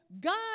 God